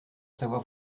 savoir